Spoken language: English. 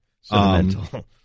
sentimental